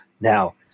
Now